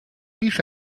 بیش